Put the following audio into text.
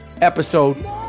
episode